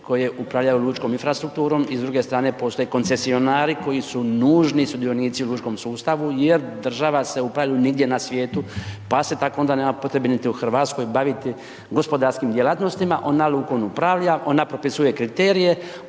koje upravljaju lučkom infrastrukturom i s druge strane postoje koncesionari koji su nužni sudionici u lučkom sustavu jer država se u pravilu nigdje na svijetu, pa se tako onda nema potrebe niti u Hrvatskoj baviti gospodarskim djelatnostima. Ona lukom upravlja, ona propisuje kriterije,